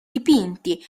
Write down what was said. dipinti